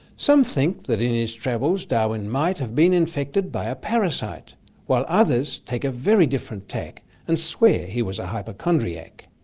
some think that in his travels darwin might have been infected by a parasite while others take a very different tack and swear he was a hypochondriac.